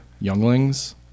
younglings